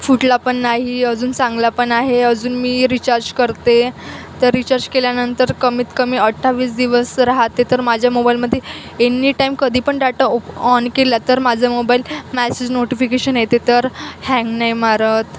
फुटला पण नाही अजून चांगला पण आहे अजून मी रिचार्ज करते तर रिचार्ज केल्यानंतर कमीतकमी अठ्ठावीस दिवस राहते तर माझ्या मोबाईलमध्ये एनी टाईम कधी पण डाटा ओप ऑन केला तर माझं मोबाईल मॅसेज नोटिफिकेशन येते तर हँग नाही मारत